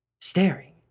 Staring